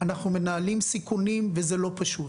אנחנו מנהלים סיכונים וזה לא פשוט.